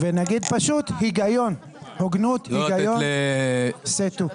פשוט היגיון, הוגנות, היגיון, סה טו.